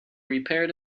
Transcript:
repaired